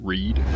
Read